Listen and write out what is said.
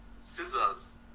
scissors